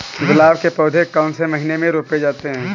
गुलाब के पौधे कौन से महीने में रोपे जाते हैं?